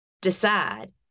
decide